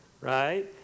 Right